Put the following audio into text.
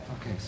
Okay